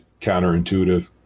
counterintuitive